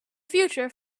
future